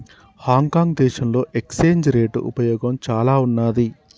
Hong Kong దేశంలో exchange rate ఉపయోగం చానా ఉన్నాది